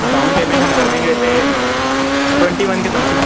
down payment हम कर देंगे वैसे ट्वेंटी वन के समथिंग